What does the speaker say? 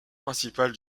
principal